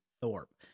Thorpe